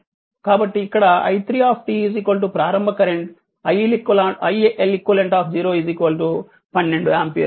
కాబట్టి ఇక్కడ i3 ప్రారంభ కరెంట్ iLeq 12 ఆంపియర్